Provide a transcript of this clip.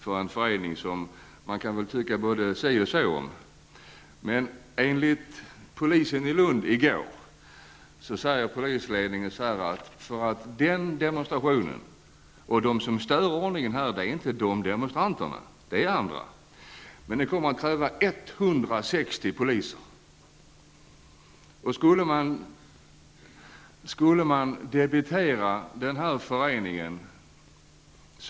Visserligen kan man tycka vad man vill om föreningen som arrangerar demonstrationen, men polisledningen i Lund sade i går att det kommer att krävas 160 poliser för att upprätthålla ordningen under denna demonstration -- och det är inte demonstranterna som stör ordningen utan det är utomstående.